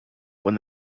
when